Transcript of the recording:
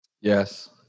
Yes